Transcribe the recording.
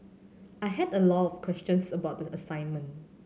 I had a lot of questions about the assignment